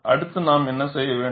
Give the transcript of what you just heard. அடுத்து நாம் என்ன செய்ய வேண்டும்